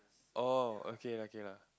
oh okay okay lah